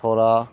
ꯁꯣꯔꯥ